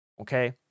okay